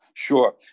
Sure